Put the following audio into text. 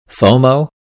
FOMO